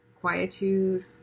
quietude